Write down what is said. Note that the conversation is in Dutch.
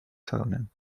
tonen